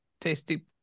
tasty